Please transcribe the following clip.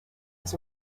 was